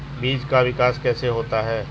बीज का विकास कैसे होता है?